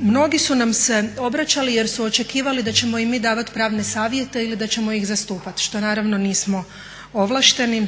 Mnogi su nam se obraćali jer su očekivali da ćemo im mi davati pravne savjete ili da ćemo ih zastupati, što naravno nismo ovlašteni.